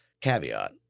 caveat